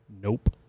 nope